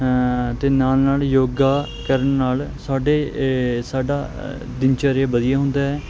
ਤੇ ਨਾਲ ਨਾਲ ਯੋਗਾ ਕਰਨ ਨਾਲ ਸਾਡੇ ਸਾਡਾ ਦਿਨ ਚਰਿਆ ਵਧੀਆ ਹੁੰਦਾ ਹੈ